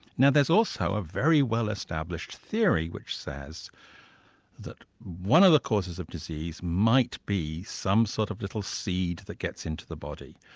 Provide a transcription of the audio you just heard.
now there's also a very well established theory which says that one of the causes of disease might be some sort of little seed that gets into the body,